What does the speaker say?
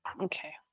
okay